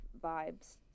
vibes